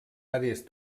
àrees